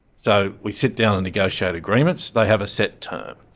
so we sit down and negotiate agreements, they have a set term.